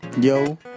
Yo